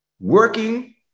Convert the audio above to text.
working